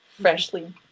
freshly